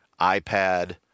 iPad